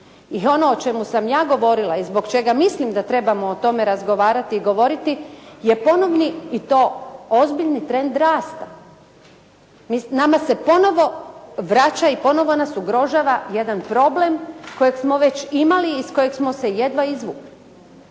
I ono o čemu sam ja govorila i zbog čega mislim da trebamo o tome razgovarati i govoriti je ponovni i to ozbiljni trend rasta. Nama se ponovno vraća i ponovno nas ugrožava jedan problem, kojega smo već imali i iz kojega smo se jedva izvukli.